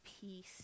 peace